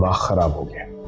i will give